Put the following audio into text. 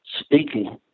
speaking